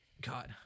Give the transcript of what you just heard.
god